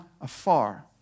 afar